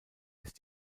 ist